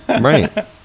Right